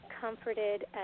comforted